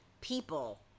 people